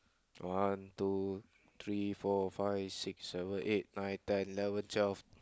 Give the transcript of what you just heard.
one two three four five six seven eight nine ten eleven twelve